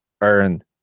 earn